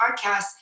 podcast